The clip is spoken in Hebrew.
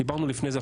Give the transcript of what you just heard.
דיברנו לפני זה,